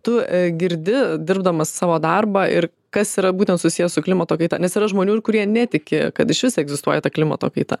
tu girdi dirbdamas savo darbą ir kas yra būtent susiję su klimato kaita nes yra žmonių ir kurie netiki kad išvis egzistuoja ta klimato kaita